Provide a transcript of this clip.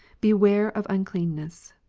beware of uncleanness.